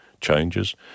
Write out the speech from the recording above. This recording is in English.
changes